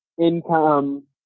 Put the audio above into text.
income